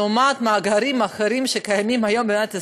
לעומת מאגרים אחרים שקיימים היום במדינת ישראל,